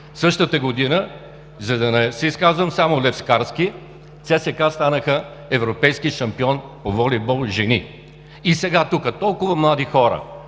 Същата година, за да не се изказвам само левскарски, ЦСКА станаха европейски шампион по волейбол, жени. И сега тук, толкова млади хора,